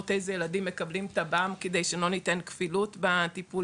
איזה ילדים כן מקבלים טב"מ כדי שלא ניתן כפילות בטיפולים.